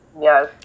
yes